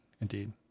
Indeed